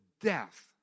death